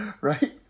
Right